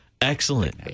Excellent